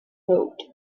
road